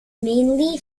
mainly